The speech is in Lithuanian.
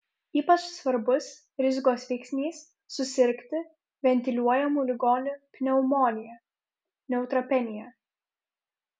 ypač svarbus rizikos veiksnys susirgti ventiliuojamų ligonių pneumonija neutropenija